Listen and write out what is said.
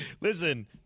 listen